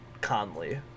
Conley